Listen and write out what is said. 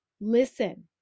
listen